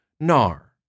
NAR